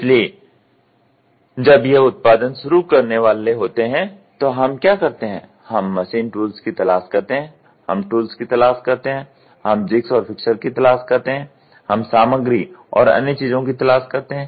इसलिए जब यह उत्पादन शुरू करने वाले होते हैं तो हम क्या करते हैं हम मशीन टूल्स की तलाश करते हैं हम टूल्स की तलाश करते हैं हम जिग्स और फ़िक्सर की तलाश करते हैं हम सामग्री और अन्य चीजों की तलाश करते हैं